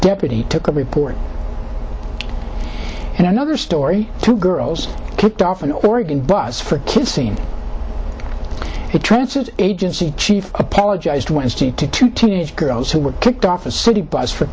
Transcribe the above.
deputy took a report and another story two girls kicked off an oregon bus for kissing the transit agency chief apologized wednesday to two teenage girls who were kicked off a city bus for